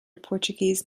portuguese